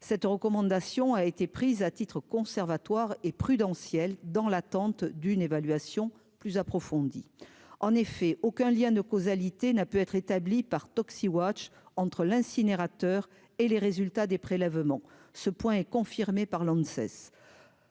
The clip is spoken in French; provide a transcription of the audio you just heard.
cette recommandation a été prise à titre conservatoire et prudentielles dans l'attente d'une évaluation plus approfondie, en effet, aucun lien de causalité n'a pu être établi par Tocci iWatch entre l'incinérateur et les résultats des prélèvements, ce point est confirmée par l'eau